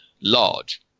large